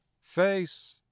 face